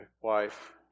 wife